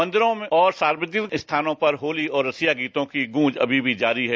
मंदिरों में और सार्वजनिक स्थानों परहोती और रसिया गीतों की गूंज अभी भी जारी है